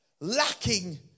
lacking